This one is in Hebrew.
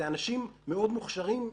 אלה אנשים מאוד מוכשרים,